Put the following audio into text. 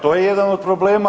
To je jedan od problema.